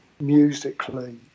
musically